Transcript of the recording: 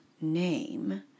name